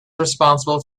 responsible